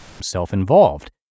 self-involved